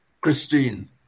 Christine